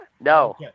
no